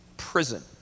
Prison